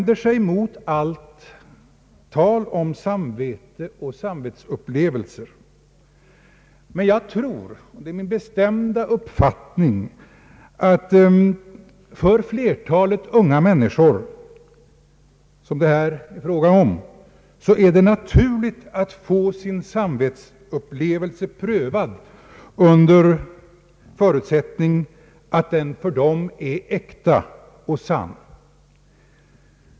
Det är emellertid min bestäm da uppfattning att för flertalet av de unga människor som det här är fråga om är det naturligt att få sin samvetsupplevelse prövad, under förutsättning att den för dem är äkta och sann.